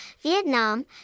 Vietnam